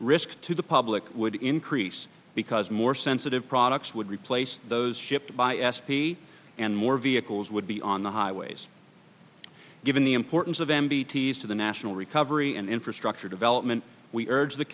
risk to the public would increase because more sensitive products would replace those shipped by s p and more vehicles would be on the highways given the importance of m b t's to the national recovery and infrastructure development we urge th